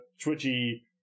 twitchy